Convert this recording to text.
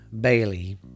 Bailey